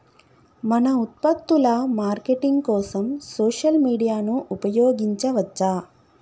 మన ఉత్పత్తుల మార్కెటింగ్ కోసం సోషల్ మీడియాను ఉపయోగించవచ్చా?